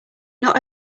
not